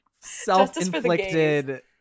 Self-inflicted